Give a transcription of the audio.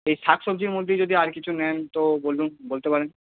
এই শাক সবজির মধ্যে যদি আর কিছু নেন তো বলুন বলতে পারেন